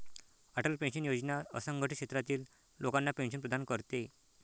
Atal pension Yojana असंघटित क्षेत्रातील लोकांना पेन्शन प्रदान करते